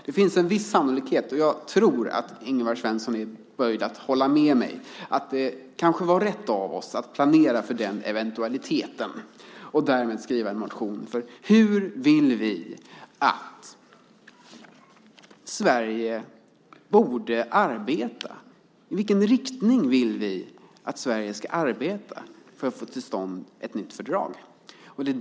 Det fanns en viss sannolikhet för det, och jag tror att Ingvar Svensson är böjd att hålla med mig om att det kanske var rätt av oss att planera för den eventualiteten och därmed väcka en motion om hur vi vill att Sverige borde arbeta, i vilken riktning vi vill att Sverige ska arbeta för att få till stånd ett nytt fördrag.